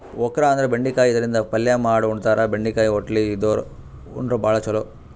okra ಅಂದ್ರ ಬೆಂಡಿಕಾಯಿ ಇದರಿಂದ ಪಲ್ಯ ಮಾಡ್ ಉಣತಾರ, ಬೆಂಡಿಕಾಯಿ ಹೊಟ್ಲಿ ಇದ್ದೋರ್ ಉಂಡ್ರ ಭಾಳ್ ಛಲೋ